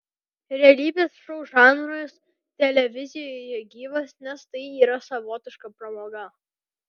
realybės šou žanras televizijoje gyvas nes tai yra savotiška pramoga